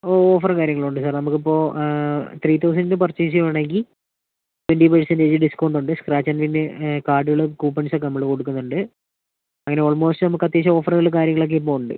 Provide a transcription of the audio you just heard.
ഓ ഓഫറും കാര്യങ്ങളും ഉണ്ട് സാര് നമുക്കിപ്പോൾ ത്രീ തൗസന്റിന് പർചൈസ് ചെയ്യുവാണെങ്കിൽ ട്വന്റി പെര്സന്റേജ് ഡിസ്കൗണ്ട് ഉണ്ട് സ്ക്രാച്ച് ആന്ഡ് വിൻ കാര്ഡുകളും കൂപ്പൺസൊക്കെ നമ്മൾ കൊടുക്കുന്നുണ്ട് അതിന് ഓൾമോസ്റ്റ് നമുക്ക് അത്യാവശ്യം ഓഫറുകളും കാര്യങ്ങളൊക്കെ ഇപ്പം ഉണ്ട്